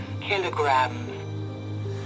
kilograms